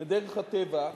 מדרך הטבע,